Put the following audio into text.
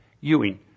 Ewing